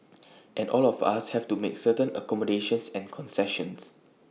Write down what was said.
and all of us have to make certain accommodations and concessions